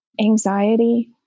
anxiety